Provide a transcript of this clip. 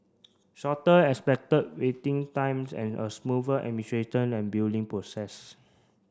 shorter expected waiting times and a smoother administration and billing process